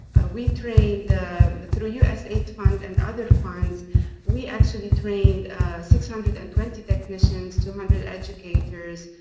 ah we trained through usaid fund and other funds we actually trained six hundred and twenty technicians, two hundred educators,